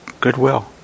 goodwill